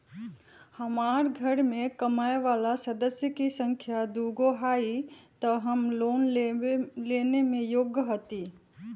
हमार घर मैं कमाए वाला सदस्य की संख्या दुगो हाई त हम लोन लेने में योग्य हती?